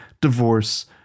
divorce